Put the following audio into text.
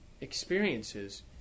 experiences